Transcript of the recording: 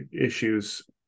issues